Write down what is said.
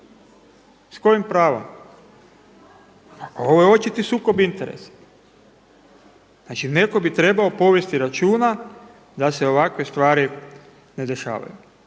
S kojim pravom? Pa ovo je očiti sukob interesa. Znači netko bi trebao povesti računa da se ovakve stvari ne dešavaju.